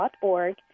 org